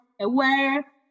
aware